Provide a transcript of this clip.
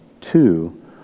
Two